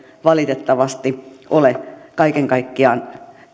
valitettavasti ole kaiken kaikkiaan